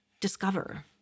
discover